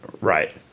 right